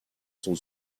son